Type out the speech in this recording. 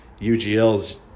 UGLs